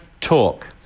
talk